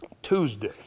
Tuesday